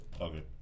Okay